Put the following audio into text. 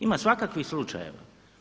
Ima svakakvih slučajeva.